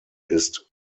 ist